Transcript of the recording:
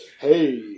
Hey